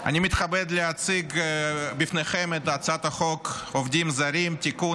אני מתכבד להציג בפניכם את הצעת חוק עובדים זרים (תיקון,